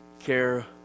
care